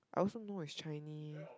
I also know it's Chinese